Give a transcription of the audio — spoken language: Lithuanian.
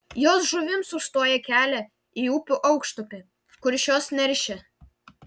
jos žuvims užstoja kelia į upių aukštupį kur šios neršia